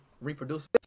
reproduce